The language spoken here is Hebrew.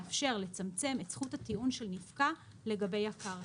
מאפשר לצמצם את זכות הטיעון של נפקע לגבי הקרקע.